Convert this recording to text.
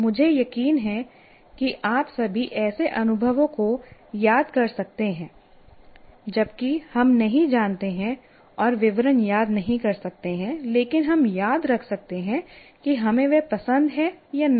मुझे यकीन है कि आप सभी ऐसे अनुभवों को याद कर सकते हैं जबकि हम नहीं जानते हैं और विवरण याद नहीं कर सकते हैं लेकिन हम याद रख सकते हैं कि हमें वह पसंद है या नहीं